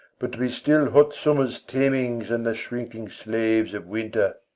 but to be still hot summer's tanlings and the shrinking slaves of winter.